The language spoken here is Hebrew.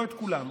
לא כולם,